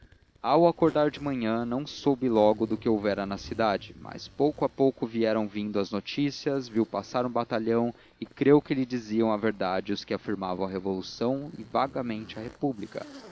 ao acordar de manhã não soube logo do que houvera na cidade mas pouco a pouco vieram vindo as notícias viu passar um batalhão e creu que lhe diziam a verdade os que afirmavam a revolução e vagamente a república